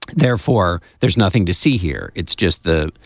therefore there's nothing to see here. it's just the.